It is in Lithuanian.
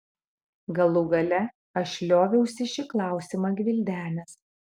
galų gale aš lioviausi šį klausimą gvildenęs